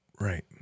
Right